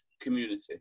community